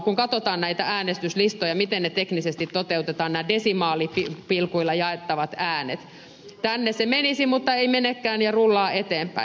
kun katsotaan näitä äänestyslistoja miten ne teknisesti toteutetaan nämä desimaalipilkuilla jaettavat äänet niin tänne se ääni menisi mutta ei menekään ja rullaa eteenpäin